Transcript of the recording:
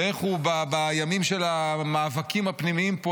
ואיך בימים של המאבקים הפנימיים פה,